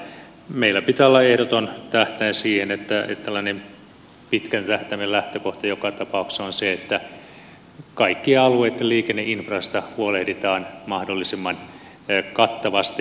meillä pitää olla ehdoton tähtäin siihen että tällainen pitkän tähtäimen lähtökohta joka tapauksessa on se että kaikkien alueitten liikenneinfrasta huolehditaan mahdollisimman kattavasti